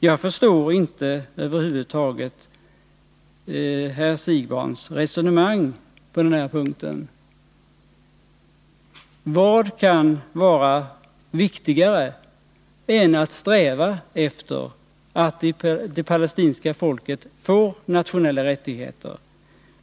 Jag förstår över huvud taget inte herr Siegbahns resonemang på den här punkten. Vad kan vara viktigare än att sträva efter att det palestinska folket får nationella rättigheter?